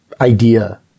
idea